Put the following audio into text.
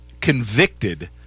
convicted